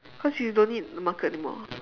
cause you don't need the marker anymore